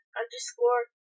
underscore